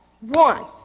one